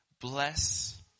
Bless